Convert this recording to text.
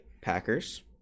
packers